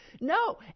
No